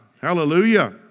Hallelujah